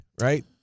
right